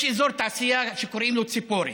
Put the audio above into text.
יש אזור תעשייה שקוראים לו ציפורי,